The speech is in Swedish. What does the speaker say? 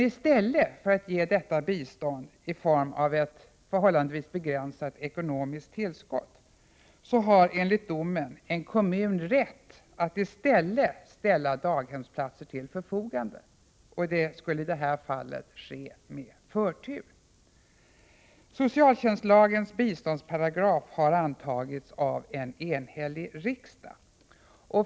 I stället för att ge detta bistånd i form av ett förhållandevis begränsat ekonomiskt tillskott har, enligt domen, en kommun rätt att ställa daghemsplatser till förfogande, vilket i detta fall skulle ske med förtur. Socialtjänstlagens biståndsparagraf har antagits av en enhällig riksdag.